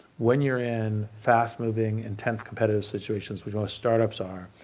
when you're in fast moving, intense, competitive situations, which startups are,